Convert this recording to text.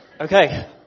Okay